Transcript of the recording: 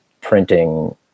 printing